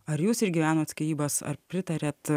ar jūs išgyvenot skyrybas ar pritariat